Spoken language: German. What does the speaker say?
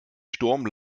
sturm